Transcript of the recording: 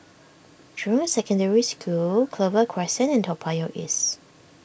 Jurong Secondary School Clover Crescent and Toa Payoh East